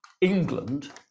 England